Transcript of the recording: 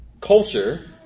culture